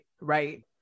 right